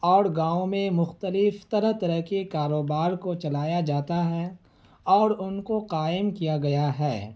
اور گاؤں میں مختلف طرح طرح کے کاروبار کو چلایا جاتا ہے اور ان کو قائم کیا گیا ہے